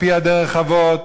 על-פי דרך אבות